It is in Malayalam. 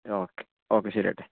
ഓക്കെ ഓക്കെ ശരി ഏട്ടായി